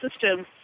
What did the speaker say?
system